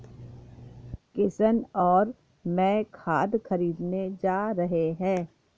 किशन और मैं खाद खरीदने जा रहे हैं